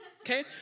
okay